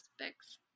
aspects